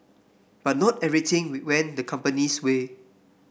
but not everything went the company's way